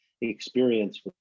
experience